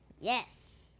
Yes